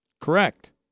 Correct